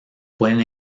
pueden